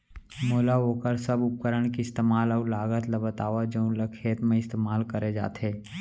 मोला वोकर सब उपकरण के इस्तेमाल अऊ लागत ल बतावव जउन ल खेत म इस्तेमाल करे जाथे?